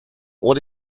what